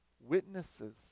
witnesses